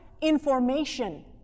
information